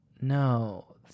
No